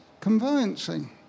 conveyancing